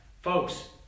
Folks